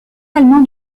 allemand